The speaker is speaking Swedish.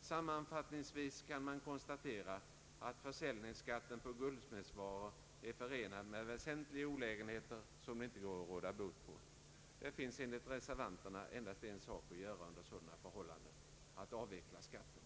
Sammanfattningsvis kan man konstatera att försäljningsskatten på guldsmedsvaror är förenad med väsentliga olägenheter, som det inte går att råda bot på. Det finns enligt reservanterna endast en sak att göra under sådana förhållanden: att avveckla skatten.